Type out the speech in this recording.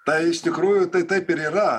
tai iš tikrųjų tai taip ir yra